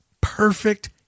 perfect